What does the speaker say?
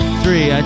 three